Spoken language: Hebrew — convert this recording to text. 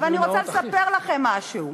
אני רוצה לספר לכם משהו.